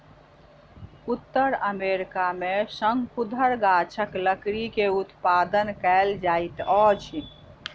उत्तर अमेरिका में शंकुधर गाछक लकड़ी के उत्पादन कायल जाइत अछि